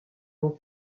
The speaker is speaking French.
mon